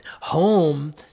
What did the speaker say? home